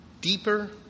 deeper